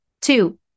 two